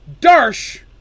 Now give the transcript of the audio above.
Darsh